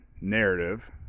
narrative